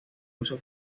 uso